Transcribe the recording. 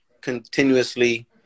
continuously